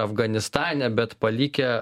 afganistane bet palikę